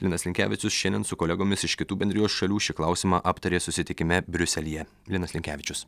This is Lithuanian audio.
linas linkevičius šiandien su kolegomis iš kitų bendrijos šalių šį klausimą aptarė susitikime briuselyje linas linkevičius